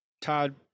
Todd